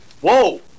Whoa